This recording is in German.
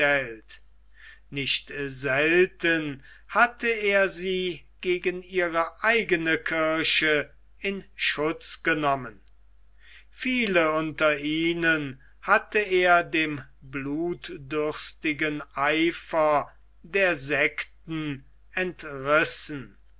nicht selten hatte er sie gegen ihre eigene kirche in schutz genommen viele unter ihnen hatte er dem blutdürstigen eifer der sekten entrissen